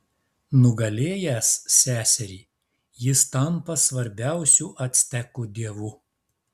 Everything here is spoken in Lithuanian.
nugalėjęs seserį jis tampa svarbiausiu actekų dievu